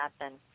happen